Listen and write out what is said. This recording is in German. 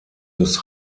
des